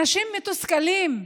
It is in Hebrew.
אנשים מתוסכלים.